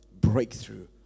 breakthrough